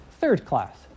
third-class